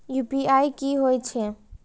UPI की होई छै?